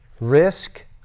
risk